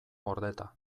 gordeta